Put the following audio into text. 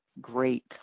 great